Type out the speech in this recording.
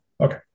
okay